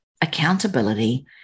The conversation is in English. accountability